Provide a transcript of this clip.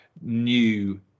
new